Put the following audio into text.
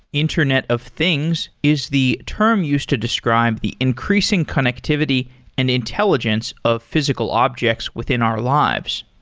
internet of things is the term used to describe the increasing connectivity and intelligence of physical objects within our lives.